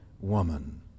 woman